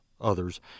others